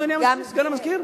אדוני סגן המזכיר?